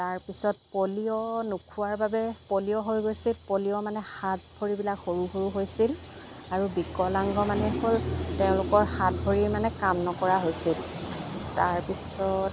তাৰপিছত পলিঅ' নোখোৱাৰ বাবে পলিঅ' হৈ গৈছিল পলিঅ' মানে হাত ভৰিবিলাক সৰু সৰু হৈছিল আৰু বিকালাংগ মানে হ'ল তেওঁলোকৰ হাত ভৰি মানে কাম নকৰা হৈছিল তাৰপিছত